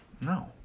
No